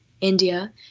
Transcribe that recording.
India